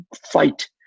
fight